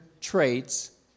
traits